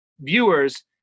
viewers